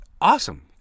awesome